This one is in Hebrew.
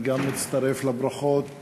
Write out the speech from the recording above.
גם אני מצטרף לברכות